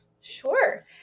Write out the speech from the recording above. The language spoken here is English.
Sure